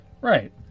Right